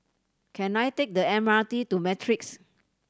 can I take the M R T to Matrix